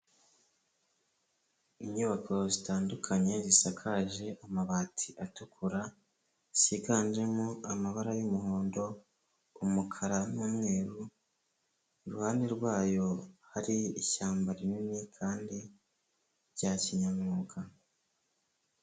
Inyubako zitandukanye zisakaje amabati atukura, ziganjemo amabara y'umuhondo, umukara n'umweru, iruhande rwayo hari ishyamba rinini kandi rya kinyamwuga.